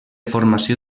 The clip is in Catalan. formació